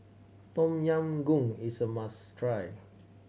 Tom Yam Goong is a must try